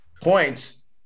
points